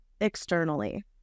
externally